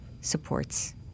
supports